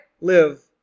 live